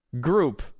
group